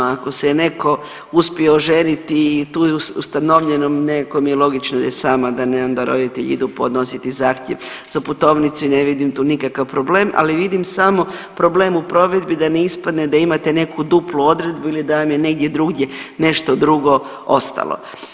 Ako se je neko uspio oženiti i tu je ustanovljeno nekako mi je logično da je sama, a ne da onda roditelji idu podnositi zahtjev za putovnicu i ne vidim tu nikakav problem, ali vidim samo problem u provedbi da ne ispadne da imate neku duplu odredbu ili da vam je negdje drugdje nešto drugo ostalo.